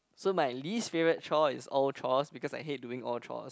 so my least favourite chore is all chores because I hate doing all chores